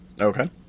Okay